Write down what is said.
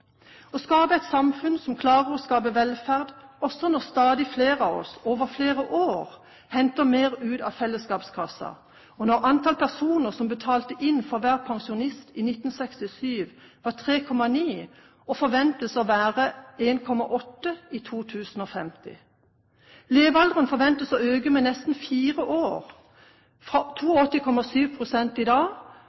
og skape et samfunn som klarer å skape velferd også når stadig flere av oss, over flere år, henter mer ut av fellesskapskassen, og når antall personer som betaler inn for hver pensjonist, som i 1967 var 3,9, forventes å være 1,8 i 2050. Levealderen forventes å øke med nesten fire år, fra 82,7 år i dag